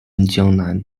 江南